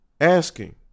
asking